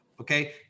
okay